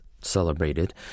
celebrated